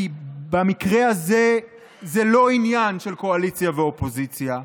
כי במקרה הזה זה לא עניין של קואליציה ואופוזיציה,